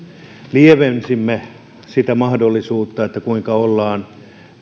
lievensimme sitä mahdollisuutta kuinka ollaan